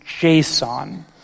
JSON